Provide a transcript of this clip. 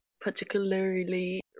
particularly